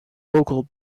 local